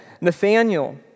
Nathaniel